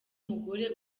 umugore